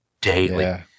daily